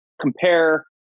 compare